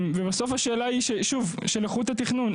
בסוף השאלה היא שוב של איכות התכנון,